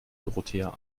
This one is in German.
dorothea